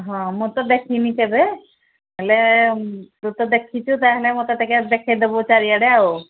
ହଁ ମୁଁ ତ ଦେଖିନି କେବେ ହେଲେ ତୁ ତ ଦେଖିଛୁ ତା'ହେଲେ ମୋତେ ଟିକେ ଦେଖେଇଦବୁ ଚାରିଆଡ଼େ ଆଉ